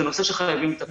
זה נושא שחייבים לטפל בו.